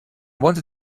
wanted